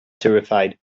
terrified